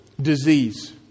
disease